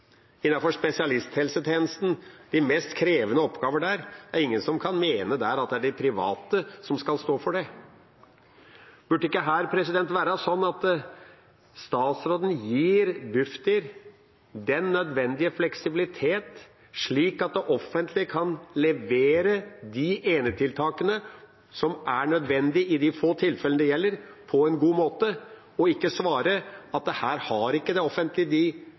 spesialisthelsetjenesten, de mest krevende oppgaver der – det er ingen som kan mene der at det er de private som skal stå for det. Burde ikke statsråden gi Bufdir den nødvendige fleksibilitet, slik at det offentlige kan levere de enetiltakene som er nødvendige i de få tilfellene det gjelder, på en god måte, og ikke svare at her har ikke det offentlige den fleksibiliteten og de